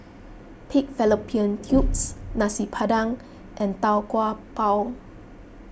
Pig Fallopian Tubes Nasi Padang and Tau Kwa Pau